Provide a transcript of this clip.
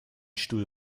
stuhl